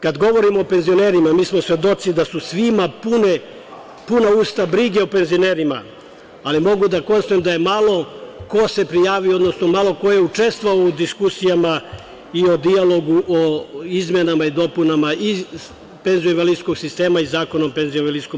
Kada govorimo o penzionerima, mi smo svedoci da su svima puna usta brige o penzionerima, ali mogu da konstatujem da se malo ko prijavio, odnosno malo ko je učestvovao u diskusijama i o dijalogu o izmenama i dopunama iz penzijskog invalidskog sistema i Zakona o PIO.